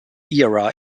era